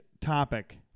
topic